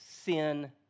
sin